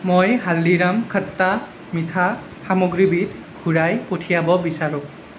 মই হালদিৰাম খট্টা মিঠা সামগ্ৰীবিধ ঘূৰাই পঠিয়াব বিচাৰোঁ